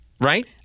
Right